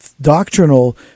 doctrinal